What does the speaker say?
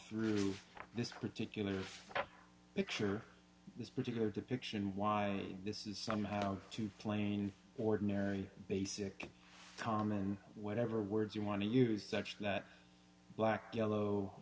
through this particular picture this particular depiction why this is somehow down to plain ordinary basic common whatever words you want to use such that black yellow